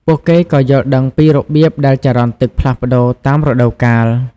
ពួកគេក៏យល់ដឹងពីរបៀបដែលចរន្តទឹកផ្លាស់ប្តូរតាមរដូវកាល។